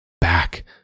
Back